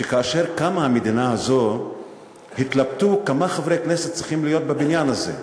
שכאשר קמה המדינה הזאת התלבטו כמה חברי כנסת צריכים להיות בבניין הזה.